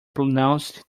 pronounced